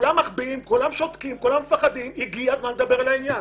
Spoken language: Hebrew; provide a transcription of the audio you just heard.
כולם מחביאים ושותקים ומפחדים והגיע הזמן לדבר על העניין.